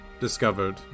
discovered